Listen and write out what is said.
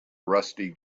rusty